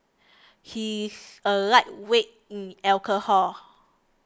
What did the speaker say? he's a lightweight in alcohol